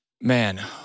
Man